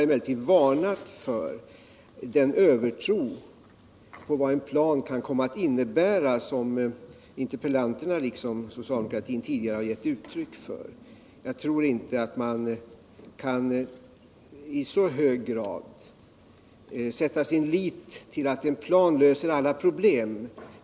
Emellertid har jag varnat för den övertro på vad en plan kan komma att innebära som interpellanterna, liksom socialdemokratin tidigare, har gett uttryck för. Jag tror inte att man i så hög grad kan sätta sin lit till att en plan löser alla problem.